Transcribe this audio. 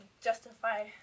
justify